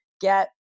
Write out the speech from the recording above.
get